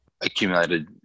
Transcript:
accumulated